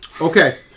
Okay